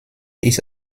ist